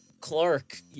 Clark